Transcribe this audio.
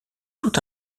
tout